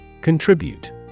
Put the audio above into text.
Contribute